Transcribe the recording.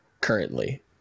currently